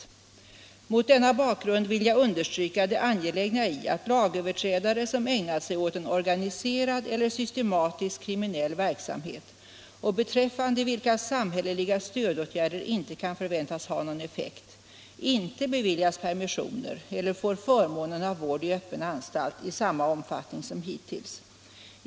Där sägs: ”Mot denna bakgrund vill jag understryka det angelägna i att lagöverträdare som ägnat sig åt en organiserad eller systematisk kriminell verksamhet och beträffande 127 vilka samhälleliga stödåtgärder inte kan förväntas ha någon effekt, inte beviljas permissioner eller får förmånen av vård i öppen anstalt i samma omfattning som hittills.